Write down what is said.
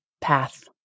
path